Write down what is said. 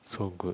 so good